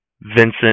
Vincent